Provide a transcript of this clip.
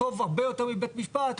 לא פרצנו את התקרה.